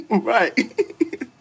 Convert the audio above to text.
Right